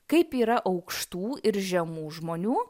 kaip yra aukštų ir žemų žmonių